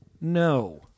no